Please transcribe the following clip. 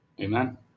Amen